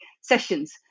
sessions